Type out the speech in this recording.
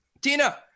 Tina